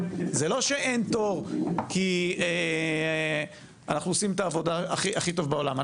זה לא שאין תור כי אנחנו עושים את העבודה הכי טוב בעולם.